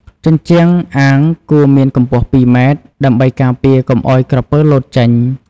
ជញ្ជាំងអាងគួរមានកម្ពស់២ ម៉ែត្រ ដើម្បីការពារកុំឲ្យក្រពើលោតចេញ។